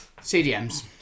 CDMs